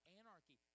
anarchy